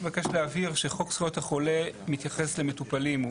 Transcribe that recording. אני מבקש להבהיר שחוק זכויות החולה מתייחס למטופלים.